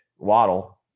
Waddle